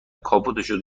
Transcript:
کاپوتشو